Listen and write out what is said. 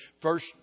first